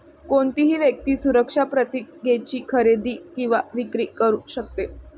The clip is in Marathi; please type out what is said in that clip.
कोणतीही व्यक्ती सुरक्षा प्रतिज्ञेची खरेदी किंवा विक्री करू शकते